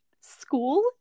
school